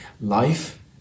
life